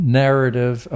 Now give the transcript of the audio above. narrative